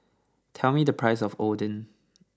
tell me the price of Oden